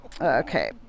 Okay